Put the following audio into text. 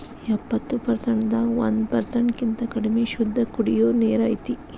ಎಪ್ಪತ್ತು ಪರಸೆಂಟ್ ದಾಗ ಒಂದ ಪರಸೆಂಟ್ ಕಿಂತ ಕಡಮಿ ಶುದ್ದ ಕುಡಿಯು ನೇರ ಐತಿ